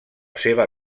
seva